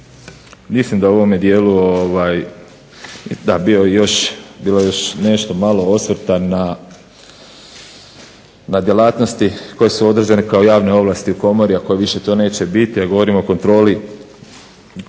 svima dobro doći. Bilo je još nešto malo osvrta na djelatnosti koje su određene kao javne ovlasti u komori, a koje više to neće biti. Govorimo o kontroli.